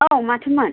औ माथोमोन